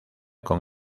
con